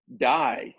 die